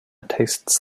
tastes